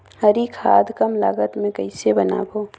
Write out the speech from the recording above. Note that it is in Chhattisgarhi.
हरी खाद कम लागत मे कइसे बनाबो?